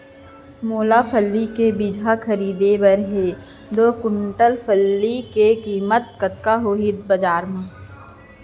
मोला फल्ली के बीजहा खरीदे बर हे दो कुंटल मूंगफली के किम्मत कतका होही बजार म?